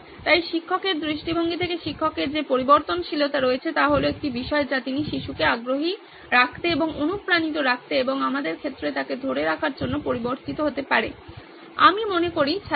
তাই শিক্ষকের দৃষ্টিভঙ্গি থেকে শিক্ষকের যে পরিবর্তনশীলতা রয়েছে তা হল একটি বিষয় যা তিনি শিশুকে আগ্রহী রাখতে এবং অনুপ্রাণিত রাখতে এবং আমাদের ক্ষেত্রে তাকে ধরে রাখার জন্য পরিবর্তিত হতে পারে আমি মনে করি ছাত্র